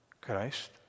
Christ